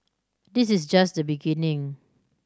this is just the beginning